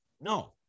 No